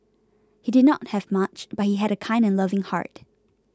he did not have much but he had a kind and loving heart